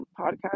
podcast